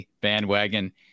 bandwagon